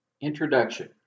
Introduction